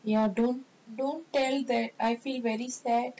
ya don't don't tell that I feel very sad